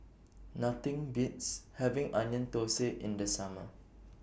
Nothing Beats having Onion Thosai in The Summer